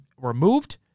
removed